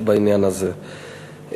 בעניין הזה.